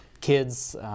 kids